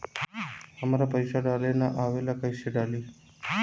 हमरा पईसा डाले ना आवेला कइसे डाली?